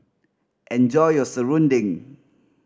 enjoy your serunding